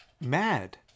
Mad